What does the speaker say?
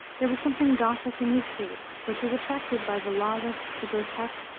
there was something gothic in his taste, which was attracted by the lawless, the grotesque,